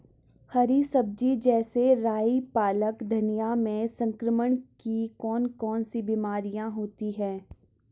हरी सब्जी जैसे राई पालक धनिया में संक्रमण की कौन कौन सी बीमारियां होती हैं?